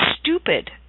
stupid